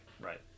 Right